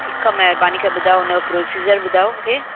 ठीकु आहे महिरबानी करे ॿुधायो हुन जो प्रोसीजर ॿुधायो मूंखे